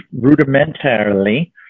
rudimentarily